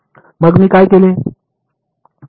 मग मी काय केले